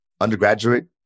undergraduate